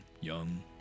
young